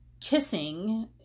kissing